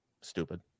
Stupid